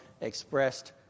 expressed